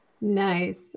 Nice